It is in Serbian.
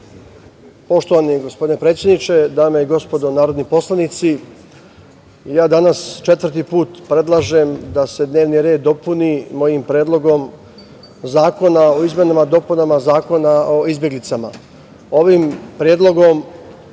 Poštovani gospodine predsedniče, dame i gospodo narodni poslanici, ja danas četvrti put predlažem da se dnevni red dopuni mojim predlogom zakona o izmenama i dopunama